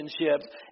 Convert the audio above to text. relationships